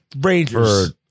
Rangers